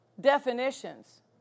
definitions